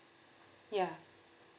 ya